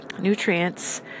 nutrients